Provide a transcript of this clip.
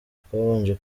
twabanje